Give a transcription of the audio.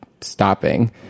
stopping